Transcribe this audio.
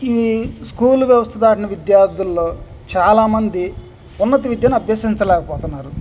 ఈ స్కూల్ వ్యవస్థ దాటిన విద్యార్థుల్లో చాలామంది ఉన్నత విద్యను అభ్యసించలేకపోతున్నారు